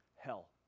hell